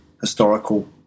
historical